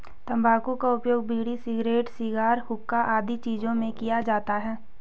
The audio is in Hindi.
तंबाकू का उपयोग बीड़ी, सिगरेट, शिगार, हुक्का आदि चीजों में किया जाता है